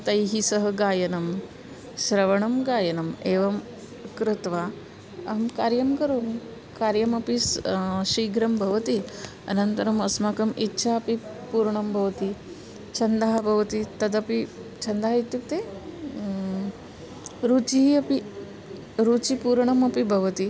तैः सह गायनं श्रवणं गायनम् एवं कृत्वा अहं कार्यं करोमि कार्यमपि स् शीघ्रं भवति अनन्तरम् अस्माकम् इच्छापि पूर्णं भवति छन्दः भवति तदपि छन्दः इत्युक्ते रुचिः अपि रुचिपूर्णमपि भवति